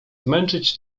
zmęczyć